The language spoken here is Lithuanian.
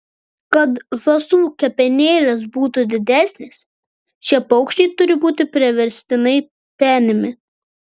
kad žąsų kepenėlės būtų didesnės šie paukščiai turi būti priverstinai penimi